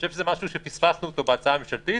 זה משהו שפספסנו בהצעה הממשלתית.